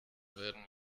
werden